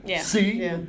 see